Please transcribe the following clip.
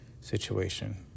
situation